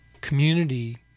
community